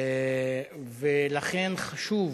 ולכן חשוב